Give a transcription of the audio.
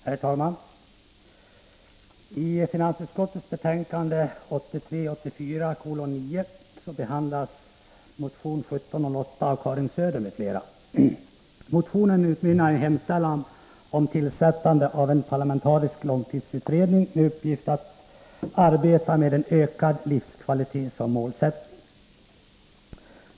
Herr talman! I finansutskottets betänkande 1983/84:9 behandlas motion 1708 av Karin Söder m.fl. Motionen utmynnar i en hemställan om tillsättande av en parlamentarisk långtidsutredning med uppgift att arbeta med en ökad livskvalitet som målsättning.